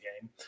game